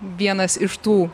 vienas iš tų